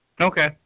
Okay